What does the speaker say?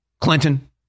Clinton